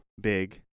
big